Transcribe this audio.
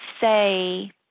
say